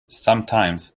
sometimes